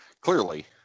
clearly